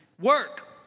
Work